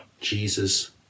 Jesus